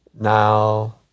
Now